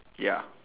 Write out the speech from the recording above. ya